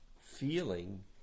feeling